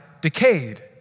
decayed